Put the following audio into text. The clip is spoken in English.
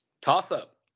Toss-up